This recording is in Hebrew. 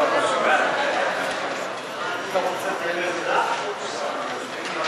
ההסתייגות (48) של קבוצת סיעת הרשימה המשותפת לסעיף 2 לא